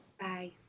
Bye